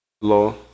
law